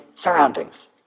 surroundings